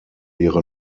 ihre